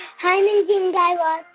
hi, mindy and guy raz.